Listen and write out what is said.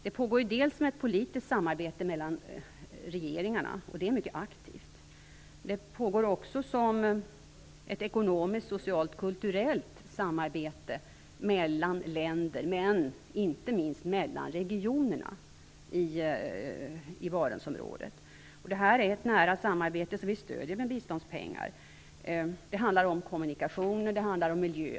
Det pågår ju dels ett mycket aktivt politiskt samarbete mellan regeringarna, dels ett ekonomiskt, socialt och kulturellt samarbete mellan länderna men inte minst mellan regionerna i Barentsområdet. Detta är ett nära samarbete som vi stöder med biståndspengar. Det handlar då om kommunikationer och miljö.